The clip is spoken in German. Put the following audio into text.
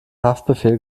haftbefehl